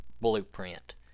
blueprint